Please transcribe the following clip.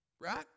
Right